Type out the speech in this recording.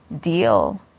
deal